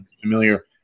familiar